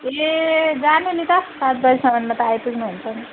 ए जानु नि त सात बजेसम्ममा त आइपुग्नुहुन्छ नि